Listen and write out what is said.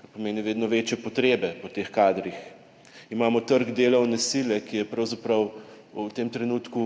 kar pomeni vedno večje potrebe po teh kadrih. Imamo trg delovne sile, ki je pravzaprav v tem trenutku